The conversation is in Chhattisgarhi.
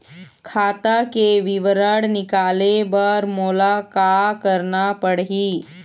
खाता के विवरण निकाले बर मोला का करना पड़ही?